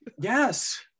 Yes